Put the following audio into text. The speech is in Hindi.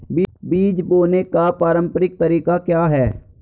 बीज बोने का पारंपरिक तरीका क्या है?